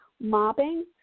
mobbing